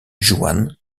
juan